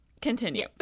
continue